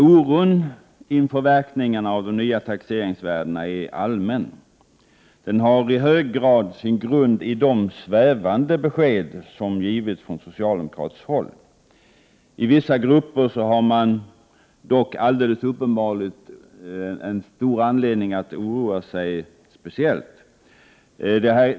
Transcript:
Oron inför verkningarna av de nya taxeringsvärdena är allmän. Den har i hög grad sin grund i de svävande besked som givits ifrån socialdemokratiskt håll. I vissa grupper har man dock alldeles uppenbart anledning att oroa sig speciellt.